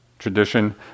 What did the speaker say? Tradition